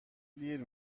دیر